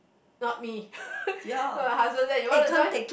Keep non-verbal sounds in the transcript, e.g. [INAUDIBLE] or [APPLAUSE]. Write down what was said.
not me [LAUGHS] then my husband said you want to join